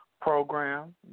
program